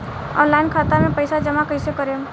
Online खाता मे पईसा जमा कइसे करेम?